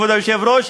כבוד היושב-ראש,